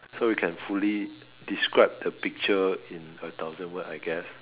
so we can fully describe the picture in a thousand word I guess